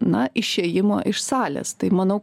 na išėjimo iš salės tai manau